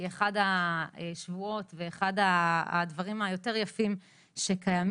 היא אחת השבועות ואחד הדברים היותר יפים שקיימים,